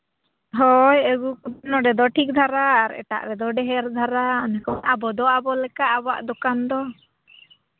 ᱦᱳᱭ ᱟᱹᱜᱩ ᱠᱚᱫᱚ ᱱᱚᱰᱮ ᱫᱚ ᱴᱷᱤᱠ ᱫᱷᱟᱨᱟ ᱮᱴᱟᱜ ᱨᱮᱫᱚ ᱰᱷᱮᱹᱨ ᱫᱷᱟᱨᱟ ᱟᱵᱚ ᱫᱚ ᱟᱵᱚ ᱞᱮᱠᱟ ᱟᱵᱚᱣᱟᱜ ᱫᱚᱠᱟᱱ ᱫᱚ